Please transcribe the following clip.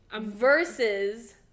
Versus